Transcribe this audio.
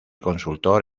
consultor